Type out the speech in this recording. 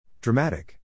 Dramatic